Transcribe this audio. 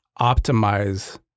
optimize